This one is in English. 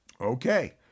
Okay